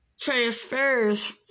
transfers